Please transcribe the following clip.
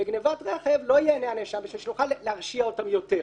בגניבת רכב לא יענה הנאשם בשביל שנוכל להרשיע אותם יותר.